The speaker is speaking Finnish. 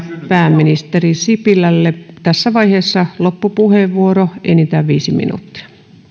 pääministeri sipilälle tässä vaiheessa loppupuheenvuoro enintään viisi minuuttia